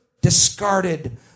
discarded